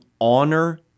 honor